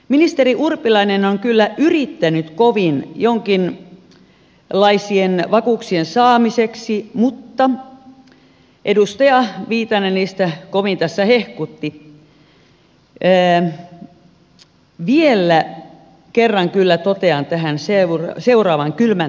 ministeri urpilainen on kyllä yrittänyt kovin jonkinlaisien vakuuksien saamiseksi edustaja viitanen niistä kovin tässä hehkutti mutta vielä kerran kyllä totean tähän seuraavan kylmän totuuden